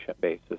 basis